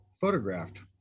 photographed